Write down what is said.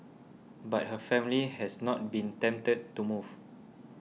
but her family has not been tempted to move